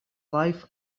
life